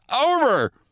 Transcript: over